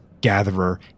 gatherer